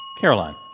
Caroline